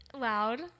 Loud